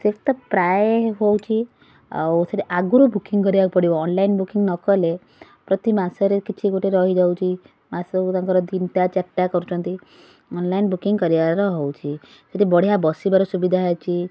ସେଇଠି ତ ପ୍ରାୟ ହଉଛି ଆଉ ସେଇଠି ଆଗୁରୁ ବୁକିଙ୍ଗ କରିବାକୁ ପଡ଼ିବ ଅନଲାଇନ ବୁକିଙ୍ଗ ନକଲେ ପ୍ରତିମାସରେ କିଛି ଗୋଟେ ରହିଯାଉଛି ମାସକୁ ତାଙ୍କର ତିନିଟା ଚାରିଟା କରୁଛନ୍ତି ଅନଲାଇନ ବୁକିଙ୍ଗ କରିବାର ହଉଛି ସେଇଠି ବଢ଼ିଆ ବସିବାର ସୁବିଧା ଅଛି